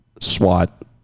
SWAT